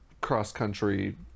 cross-country